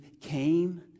came